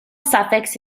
suffix